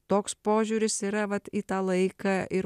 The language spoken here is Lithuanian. toks požiūris yra vat į tą laiką ir